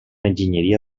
enginyeria